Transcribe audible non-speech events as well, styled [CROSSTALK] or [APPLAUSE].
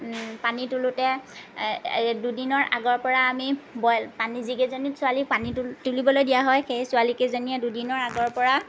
পানী তোলোতে [UNINTELLIGIBLE] এই দুদিনৰ আগৰ পৰা আমি বইল পানী যিকেইজনী ছোৱালী পানী তুলি তুলিবলৈ দিয়া হয় সেই ছোৱালীকেইজনীয়ে দুদিনৰ আগৰ পৰা